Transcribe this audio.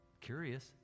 Curious